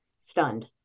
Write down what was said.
stunned